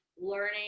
learning